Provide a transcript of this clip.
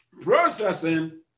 Processing